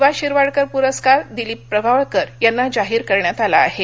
वा शिरवाडकर प्रस्कार दिलीप प्रभावळकर यांना जाहीर करण्यात आला आहा